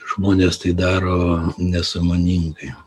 žmonės tai daro nesąmoningai